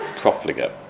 profligate